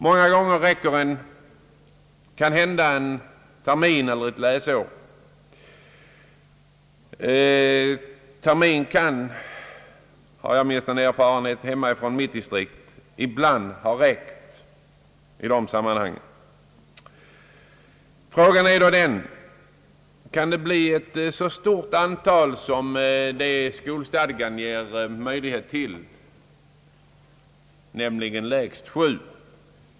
Många gånger räcker det kanhända med en termin eller ett läsår. En termin kan, det har jag åtminstone erfarenhet av från mitt hemdistrikt, ibland ha räckt till i detta sammanhang. Frågan är då: Kan det bli ett så stort antal elever som skolstadgan kräver, nämligen lägst sju?